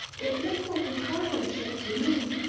it looks like a cargo ship to me.